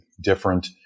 different